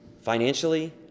Financially